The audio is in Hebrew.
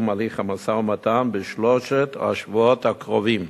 הליך המשא-ומתן בשלושת השבועות הקרובים.